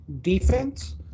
defense